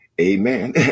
Amen